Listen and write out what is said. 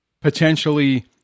potentially